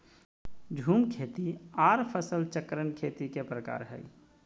झूम खेती आर फसल चक्रण खेती के प्रकार हय